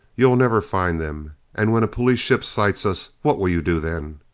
you'll never find them. and when a police ship sights us, what will you do then?